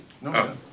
No